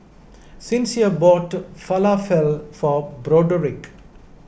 Sincere bought Falafel for Broderick